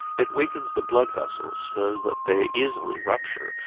it weakens the blood vessels so that they easily rupture,